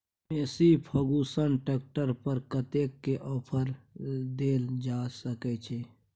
Massey Ferguson tractor पर कतेक के ऑफर देल जा सकै छै?